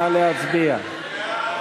נא להצביע.